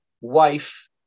wife